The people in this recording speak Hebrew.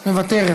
מוותרת,